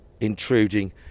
intruding